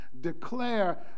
declare